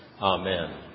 Amen